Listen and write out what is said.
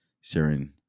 sharing